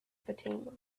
fatima